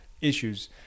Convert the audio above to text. issues